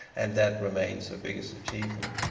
and that remains her biggest achievement.